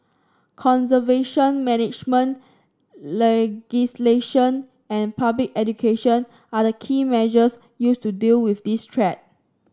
conservation management legislation and public education are the key measures used to deal with this threat